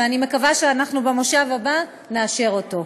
ואני מקווה שאנחנו במושב הבא נאשר אותו.